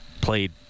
played